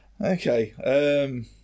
Okay